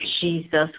Jesus